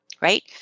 right